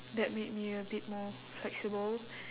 that made me a bit more flexible